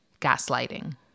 gaslighting